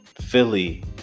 Philly